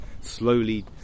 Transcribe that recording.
slowly